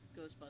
Ghostbusters